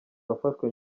wafashwe